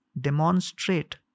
demonstrate